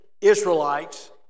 Israelites